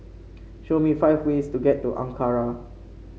show me five ways to get to Ankara